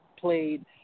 played